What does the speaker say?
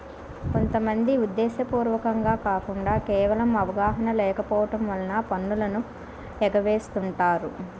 కొంత మంది ఉద్దేశ్యపూర్వకంగా కాకుండా కేవలం అవగాహన లేకపోవడం వలన పన్నులను ఎగవేస్తుంటారు